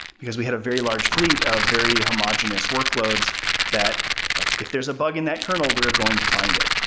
because we had a very large fleet of very homogenous workloads that but if there's a bug in that kernel, we're going to find it.